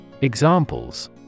Examples